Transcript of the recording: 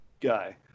...guy